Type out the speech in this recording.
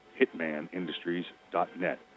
hitmanindustries.net